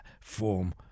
form